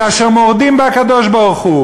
כאשר מורדים בקדוש-ברוך-הוא,